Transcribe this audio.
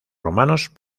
romanos